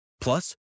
Plus